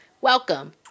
Welcome